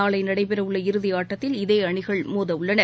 நாளை நடைபெற உள்ள இறுதியாட்டத்தில் இதே அணிகள் மோத உள்ளன